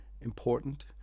important